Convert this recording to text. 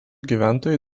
gyventojai